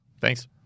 Thanks